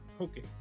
Okay